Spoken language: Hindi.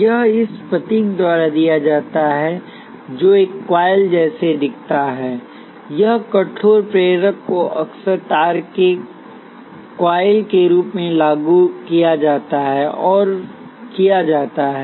यह इस प्रतीक द्वारा दिया जाता है जो एक कॉइल जैसा दिखता है यह कठोर प्रेरक को अक्सर तार के कॉइल के रूप में लागू किया जाता है